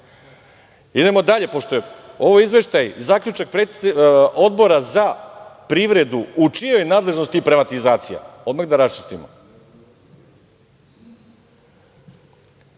dalje, pošto je ovo Izveštaj, zaključak Odbora za privredu u čijoj nadležnosti je privatizacija, odmah da rasčistimo.